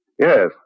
Yes